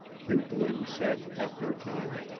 hugh glynn said after a time.